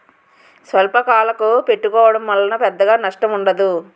స్వల్పకాలకు పెట్టుకోవడం వలన పెద్దగా నష్టం ఉండదు